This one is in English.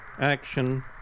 action